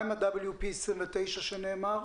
מה עם ה-WP29 שנאמר?